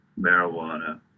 marijuana